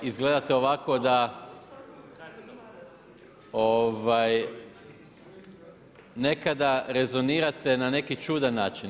Izgledate ovako da nekada rezonirate na neki čudan način.